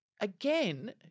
again